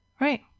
Right